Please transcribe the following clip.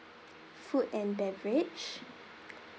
food and beverage